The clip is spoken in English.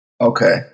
Okay